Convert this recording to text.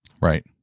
Right